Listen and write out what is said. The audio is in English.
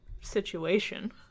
situation